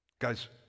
Guys